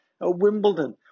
Wimbledon